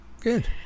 Good